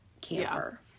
camper